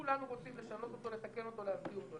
כולנו רוצים לשנות אותו, לתקן אותו, להסדיר אותו.